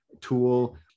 tool